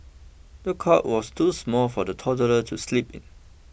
the cot was too small for the toddler to sleep in